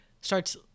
starts